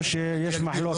או שיש מחלוקת?